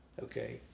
Okay